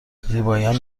زیبایان